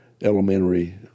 elementary